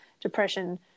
depression